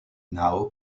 now